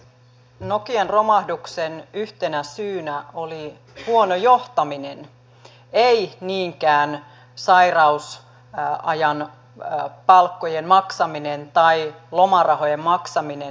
nokian romahduksen yhtenä syynä oli huono johtaminen ei niinkään sairausajan palkkojen maksaminen tai lomarahojen maksaminen